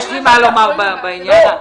יש לי מה לומר בעניין הזה.